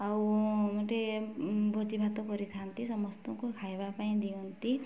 ଆଉ ଗୋଟେ ଭୋଜି ଭାତ କରିଥାନ୍ତି ସମସ୍ତଙ୍କୁ ଖାଇବା ପାଇଁ ଦିଅନ୍ତି